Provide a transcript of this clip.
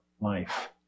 life